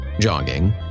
jogging